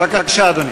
בבקשה, אדוני.